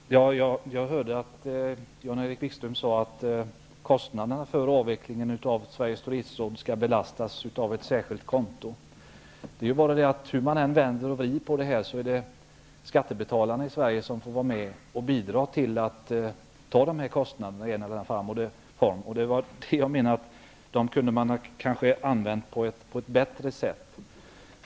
Fru talman! Jag hörde att Jan-Erik Wikström sade att kostnaderna för avvecklingen av Sveriges turistråd skall belasta ett särskilt konto. Men hur man än vänder och vrider på detta är det skattebetalarna i Sverige som får vara med och bidra till att betala detta. Jag menade att man kunde ha använt dessa pengar på ett bättre sätt.